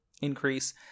increase